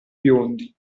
biondi